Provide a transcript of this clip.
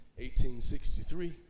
1863